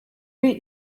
eat